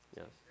yes